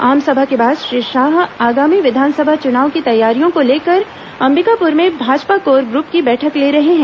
आमसभा के बाद श्री शाह आगामी विधानसभा चुनाव की तैयारियों को लेकर अंबिकापुर में भाजपा कोर ग्रुप की बैठक ले रहे हैं